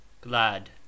glad